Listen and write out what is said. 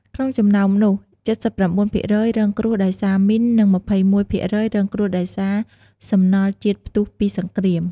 ក្នុងចំណោមនោះ ៧៩% រងគ្រោះដោយសារមីន និង ២១% រងគ្រោះដោយសារសំណល់ជាតិផ្ទុះពីសង្គ្រាម។